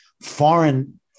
foreign